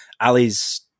Ali's